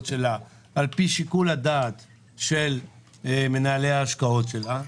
שלה על פי שיקול הדעת של מנהלי ההשקעות שלה,